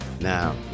Now